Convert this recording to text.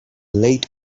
late